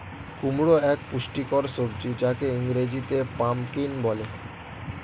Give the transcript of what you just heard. কুমড়ো এক পুষ্টিকর সবজি যাকে ইংরেজিতে পাম্পকিন বলে